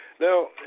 Now